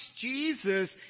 Jesus